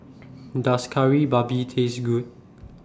Does Kari Babi Taste Good